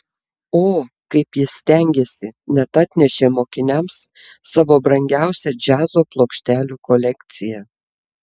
o kaip jis stengėsi net atnešė mokiniams savo brangiausią džiazo plokštelių kolekciją